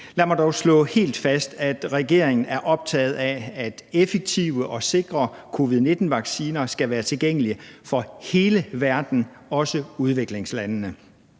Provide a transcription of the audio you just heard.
Lad mig dog slå helt fast, at regeringen er optaget af, at effektive og sikre covid-19-vacciner skal være tilgængelige for hele verden, også udviklingslandene.